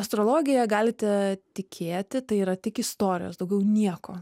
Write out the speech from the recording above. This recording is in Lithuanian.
astrologija galite tikėti tai yra tik istorijos daugiau nieko